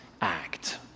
act